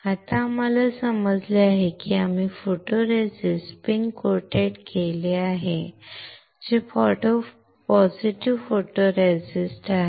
आता आम्हाला समजले आहे की आम्ही फोटोरेसिस्टला स्पिन कोटेड केले आहे जे पॉझिटिव्ह फोटोरेसिस्ट आहे